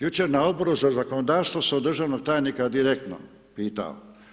Jučer na Odboru za zakonodavstvo sam državnog tajnika dikretno pitao.